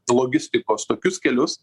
logistikos tokius kelius